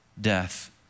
death